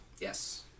yes